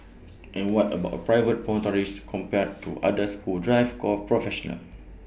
and what about A private motorist compared to others who drive goal professional